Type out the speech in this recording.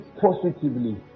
positively